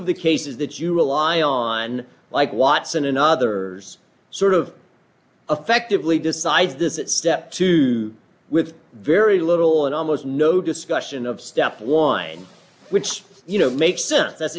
of the cases that you rely on like watson and others sort of effectively decide this at step two with very little and almost no discussion of step one which you know makes sense that's